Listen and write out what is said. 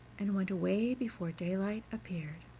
and went away before daylight appeared.